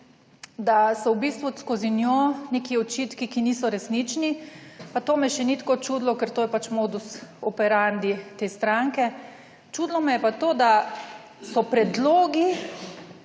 da so v bistvu skozi njo neki očitki, ki niso resnični. Pa to me še ni tako čudilo, ker to je pač »modus operandi« te stranke. Čudilo me je pa to, da so predlogi